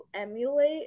emulate